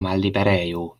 malliberejo